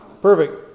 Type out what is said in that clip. perfect